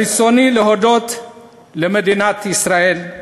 ברצוני להודות למדינת ישראל,